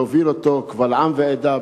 להוביל אותו קבל עם ועדה,